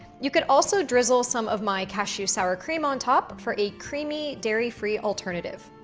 you could also drizzle some of my cashew sour cream on top for a creamy dairy-free alternative.